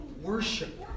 worship